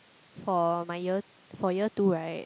for my year for year two right